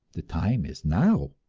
the time is now.